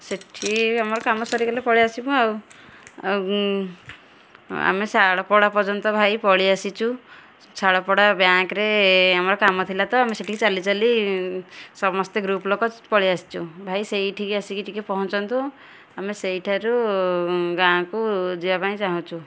ସେଠି ଆମର କାମ ସରିଗଲେ ପଳେଇ ଆସିମୁ ଆଉ ଆମେ ଶାଳପଡ଼ା ପର୍ଯ୍ୟନ୍ତ ଭାଇ ପଳେଇ ଆସିଚୁ ଶାଳପଡ଼ା ବ୍ୟାଙ୍କ୍ ରେ ଆମର କାମ ଥିଲା ତ ଆମେ ସେଠିକି ଚାଲି ଚାଲି ସମସ୍ତେ ଗ୍ରୁପ୍ ଲୋକ ପଳେଇ ଆସିଛୁ ଭାଇ ସେଇଠିକି ଆସିକି ଟିକେ ପହଞ୍ଚନ୍ତୁ ଆମେ ସେଇଠାରୁ ଗାଁକୁ ଯିବା ପାଇଁ ଚାହୁଁଛୁ